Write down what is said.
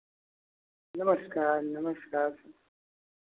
नमस्कार नमस्कार